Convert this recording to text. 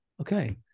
okay